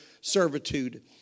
servitude